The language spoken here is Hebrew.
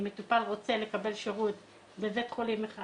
אם מטופל רוצה לקבל שירות בבית חולים אחד